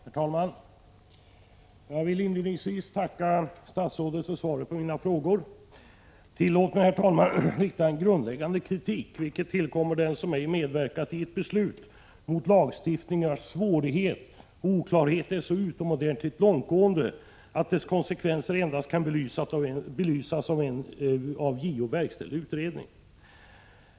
Herr talman! Jag vill inledningsvis tacka statsrådet för svaret på mina frågor. Tillåt mig, herr talman, att framföra en grundläggande kritik — en rätt som tillkommer den som ej medverkat i riksdagsbeslutet i detta avseende — mot en lagstiftning vars snårighet och oklarhet är så utomordentligt långtgående att dess konsekvenser endast kan belysas av JO efter verkställd utredning.